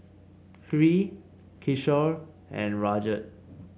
Hri Kishore and Rajat